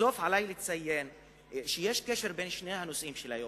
בסוף עלי לציין שיש קשר בין שני הנושאים היום,